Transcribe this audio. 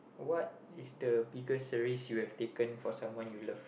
what is the biggest risk you have taken for someone you love